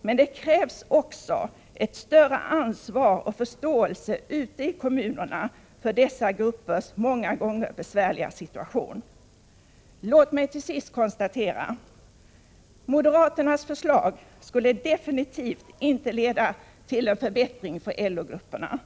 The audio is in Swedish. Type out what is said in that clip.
Men det krävs också ett större ansvar och en förståelse ute i kommunerna för dessa gruppers många gånger besvärliga situation. Låt mig till sist konstatera att moderaternas förslag absolut inte skulle leda till en förbättring för LO-grupperna.